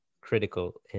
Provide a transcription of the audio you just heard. critical